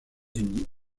unis